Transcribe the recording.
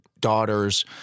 daughters